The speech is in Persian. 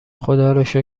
خداروشکر